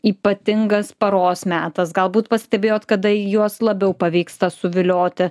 ypatingas paros metas galbūt pastebėjot kada juos labiau pavyksta suvilioti